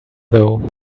though